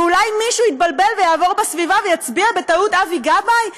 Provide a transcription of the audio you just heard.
ואולי מישהו יתבלבל ויעבור בסביבה ויצביע בטעות אבי גבאי?